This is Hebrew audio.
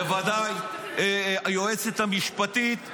בוודאי היועצת המשפטית,